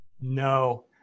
No